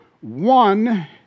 one